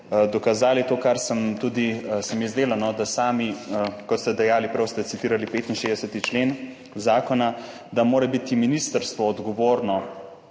dokazali to, kar se mi je zdelo, sami ste dejali, ste citirali 65. člen Zakona, da mora biti ministrstvo odgovorno